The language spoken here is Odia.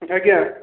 ଆଜ୍ଞା